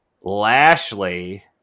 Lashley